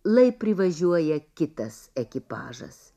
lai privažiuoja kitas ekipažas